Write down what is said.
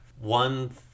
One